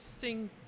sing